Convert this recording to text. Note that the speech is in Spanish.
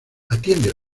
atiende